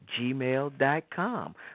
gmail.com